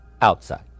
outside